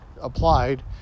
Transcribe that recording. applied